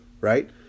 right